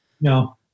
No